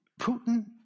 Putin